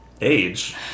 Age